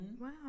Wow